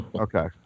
Okay